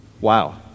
Wow